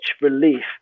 relief